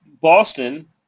Boston